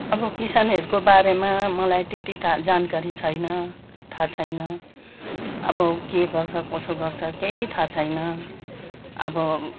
अबो किसानहरको बारेमा मलाई त्यति थाहा जानकारी छैन थाहा छैन अब के गर्छ कसो गर्छ कही थाहा छैन अब